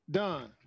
done